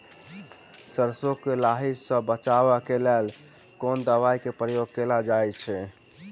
सैरसो केँ लाही सऽ बचाब केँ लेल केँ दवाई केँ प्रयोग कैल जाएँ छैय?